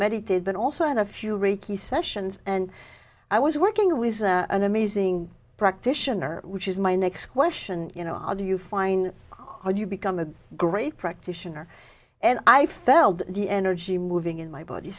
meditated but also on a few reeky sessions and i was working with an amazing practitioner which is my next question you know how do you find or do you become a great practitioner and i felt the energy moving in my body